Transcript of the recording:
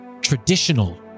traditional